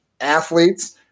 athletes